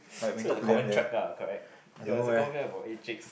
so it's a common track ah correct ya it's a common fact for